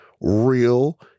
real